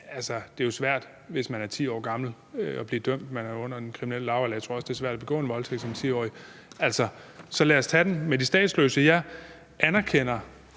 det er jo svært, hvis man er 10 år gammel, at blive dømt, for man er under den kriminelle lavalder, og jeg tror også, det er svært at begå en voldtægt som 10-årig. Så lad os tage det om de statsløse. Jeg anerkender,